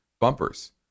bumpers